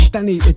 Danny